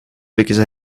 because